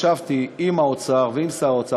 ישבתי עם האוצר ועם שר האוצר.